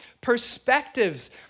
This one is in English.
perspectives